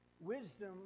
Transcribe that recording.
Wisdom